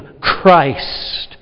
Christ